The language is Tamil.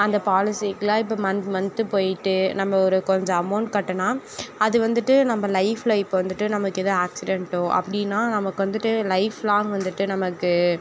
அந்த பாலிசிக்குலாம் இப்போ மந்த் மந்த்து போயிட்டு நம்ம ஒரு கொஞ்சம் அமௌண்ட் கட்டினா அது வந்துட்டு நம்ம லைஃப்பில் இப்போ வந்துட்டு நமக்கு எதோ ஆக்சிடென்ட்டு அப்படினா நமக்கு வந்துட்டு லைஃப் லாங் வந்துட்டு நமக்கு